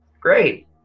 Great